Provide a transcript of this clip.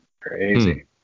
crazy